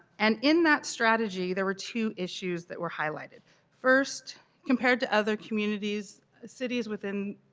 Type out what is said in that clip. and in that strategy there were two issues that were highlighted first compared to other communities cities within